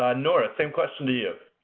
ah nora, same question to you.